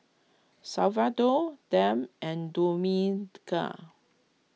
Salvador Deb and